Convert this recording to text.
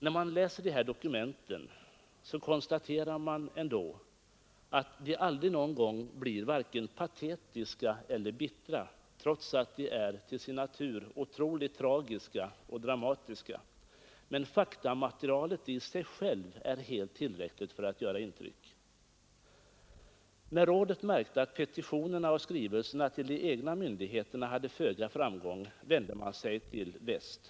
När man läser dessa dokument måste man konstatera att de aldrig någon gång blir vare sig patetiska eller bittra, trots att de till sin natur är otroligt tragiska och dramatiska. Men faktamaterialet i sig självt är helt tillräckligt för att göra intryck. När rådet märkte att petitionerna och skrivelserna till de egna myndigheterna hade föga framgång vände man sig till väst.